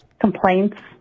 complaints